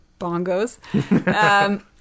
bongos